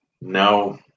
no